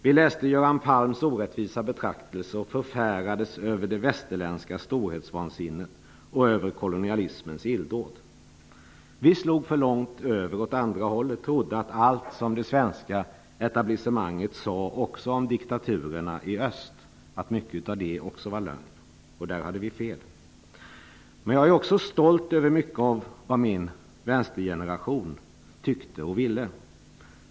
Vi läste Görans Palms orättvisa betraktelse och förfärades över det västerländska storhetsvansinnet och kolonialismens illdåd. Vi slog för långt över åt andra hållet och trodde att mycket som det svenska etablissemanget sade om diktaturerna i öst var lögn. Där hade vi fel. Men jag är också stolt över mycket av vad min vänstergeneration tyckte och ville.